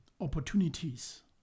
opportunities